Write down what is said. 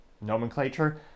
nomenclature